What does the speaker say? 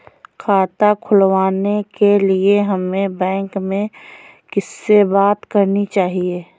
खाता खुलवाने के लिए हमें बैंक में किससे बात करनी चाहिए?